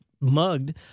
mugged